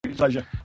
pleasure